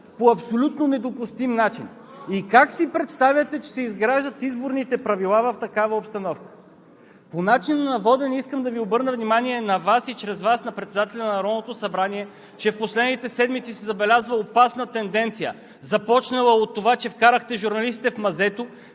по абсолютно недопустим начин? Как си представяте, че се изграждат изборните правила в такава обстановка? По начина на водене искам да обърна внимание на Вас и чрез Вас на председателя на Народното събрание, че в последните седмици се забелязва опасна тенденция, започнала от това, че вкарахте журналистите в мазето,